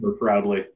proudly